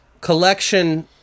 collection